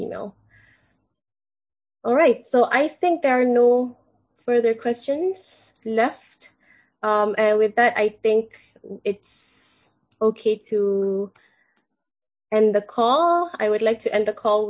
all right so i think there are no further questions left and with that i think it's okay to end the call i would like to end the call